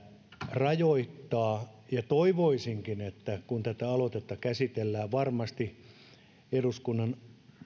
rajoittaa ja toivoisinkin että kun tätä aloitetta käsitellään varmasti eduskunnan